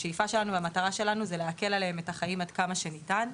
השאיפה והמטרה שלנו זה להקל עליהם את החיים עד כמה שניתן.